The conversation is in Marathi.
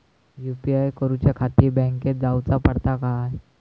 यू.पी.आय करूच्याखाती बँकेत जाऊचा पडता काय?